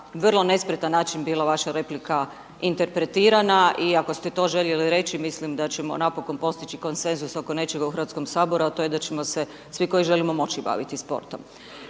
vrlo nespretan način bila vaša replika interpretirana iako ste to željeli reći mislim da ćemo napokon postići konsenzus oko nečega u Hrvatskom saboru, a to je da ćemo se svi koji želimo moći baviti sportom.